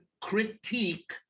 critique